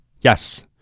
Yes